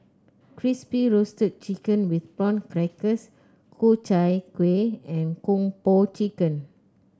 Crispy Roasted Chicken with Prawn Crackers Ku Chai Kueh and Kung Po Chicken